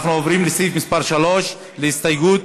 אנחנו עוברים לסעיף מס' 3, להסתייגות,